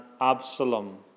Absalom